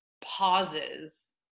pauses